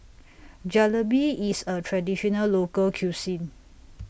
Jalebi IS A Traditional Local Cuisine